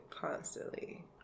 constantly